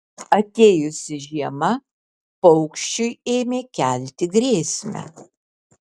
atėjusi žiema paukščiui ėmė kelti grėsmę